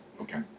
okay